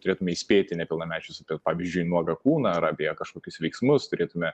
turėtume įspėti nepilnamečius apie pavyzdžiui nuogą kūną ar apie kažkokius veiksmus turėtume